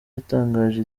yatangaje